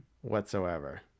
Whatsoever